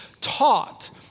taught